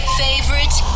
favorite